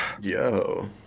Yo